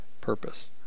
purpose